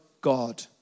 God